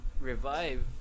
revive